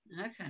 okay